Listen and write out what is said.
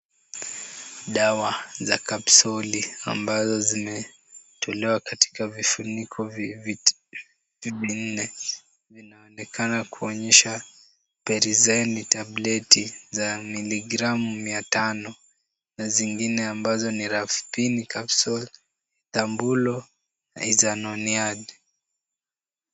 Dawa za kapsoli ambazo zimetolewa katika vifuniko vinne, vinaonekana kuonyeshana Pyrazinamide tablati za miligramu mia tano na zingine ambazo ni Rifampin capsule Ethambutol na Isoniazid .